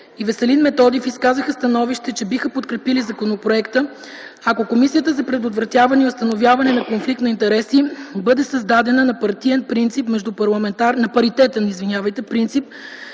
и Веселин Методиев изказаха становище, че биха подкрепили законопроекта, ако Комисията за предотвратяване и установяване на конфликт на интереси бъде създадена на паритетен принцип